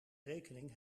rekening